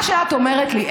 מה שאת אומרת לי,